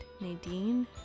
Nadine